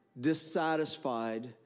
dissatisfied